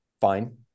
fine